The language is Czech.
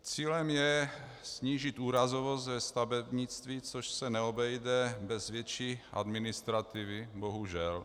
Cílem je snížit úrazovost ve stavebnictví, což se neobejde bez větší administrativy, bohužel.